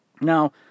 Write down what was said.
Now